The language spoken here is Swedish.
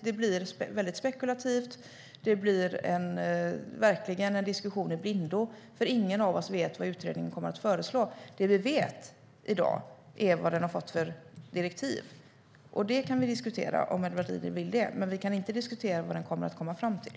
Det blir spekulativt, och det blir verkligen en diskussion i blindo. Ingen av oss vet vad utredningen kommer att föreslå. Det vi vet i dag är vad den har fått för direktiv. Det kan vi diskutera, om Edward Riedl vill det, men vi kan inte diskutera vad utredningen ska komma fram till.